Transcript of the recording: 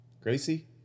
Gracie